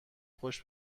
خوش